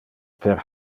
per